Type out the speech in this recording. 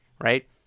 right